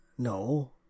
No